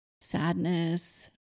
sadness